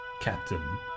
Captain